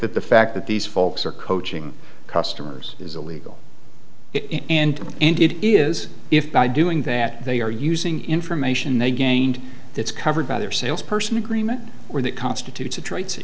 that the fact that these folks are coaching customers is illegal and and it is if by doing that they are using information they gained that's covered by their sales person agreement or that constitutes a tra